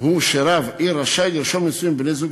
הוא שרב עיר רשאי לרשום לנישואים בני-זוג